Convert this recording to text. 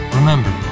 Remember